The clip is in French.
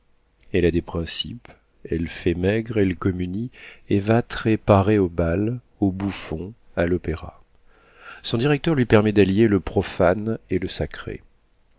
elle a des principes elle fait maigre elle communie et va très parée au bal aux bouffons à l'opéra son directeur lui permet d'allier le profane et le sacré